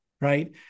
right